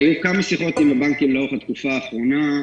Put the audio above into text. היו כמה שיחות עם הבנקים לאורך התקופה האחרונה,